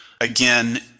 again